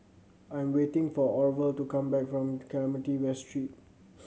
I am waiting for Orvel to come back from Clementi West Street